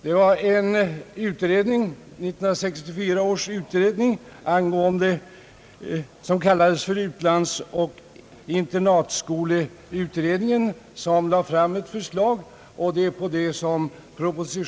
Propositionen bygger på ett förslag som 1964 års utlandsoch internatskoleutredning lagt fram.